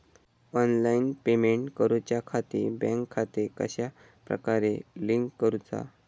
Online payment करुच्याखाती bank खाते कश्या प्रकारे लिंक करुचा?